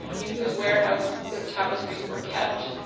in whose warehouse the tapestries were kept,